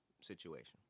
situation